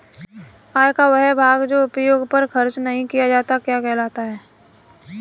आय का वह भाग जो उपभोग पर खर्च नही किया जाता क्या कहलाता है?